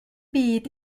byd